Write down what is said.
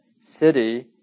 city